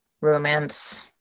romance